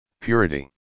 purity